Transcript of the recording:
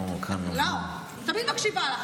אני תמיד מקשיבה לך,